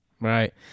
right